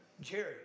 Jerry